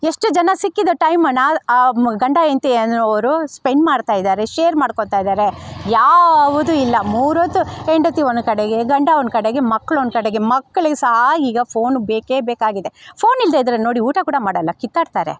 ಎಷ್ಟು ಜನ ಸಿಕ್ಕಿದ್ದ ಟೈಮನ್ನ ಗಂಡ ಹೆಂಡ್ತಿ ಅನ್ನುವರು ಸ್ಪೆಂಡ್ ಮಾಡ್ತಾಯಿದ್ದಾರೆ ಶೇರ್ ಮಾಡ್ಕೊಳ್ತಾ ಇದ್ದಾರೆ ಯಾವುದೂ ಇಲ್ಲ ಮೂರೊತ್ತು ಹೆಂಡತಿ ಒಂದು ಕಡೆಗೆ ಗಂಡ ಒಂದು ಕಡೆಗೆ ಮಕ್ಳು ಒಂದು ಕಡೆಗೆ ಮಕ್ಳಿಗೆ ಸಹ ಈಗ ಫೋನು ಬೇಕೇ ಬೇಕಾಗಿದೆ ಫೋನ್ ಇಲ್ಲದೇ ಇದ್ದರೆ ನೋಡಿ ಊಟ ಕೂಡ ಮಾಡಲ್ಲ ಕಿತ್ತಾಡ್ತಾರೆ